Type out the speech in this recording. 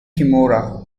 kimura